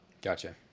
Gotcha